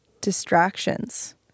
distractions